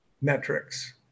metrics